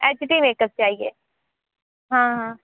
H D makeup चाहिए हाँ हाँ